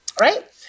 Right